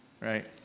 right